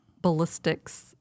ballistics